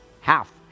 Half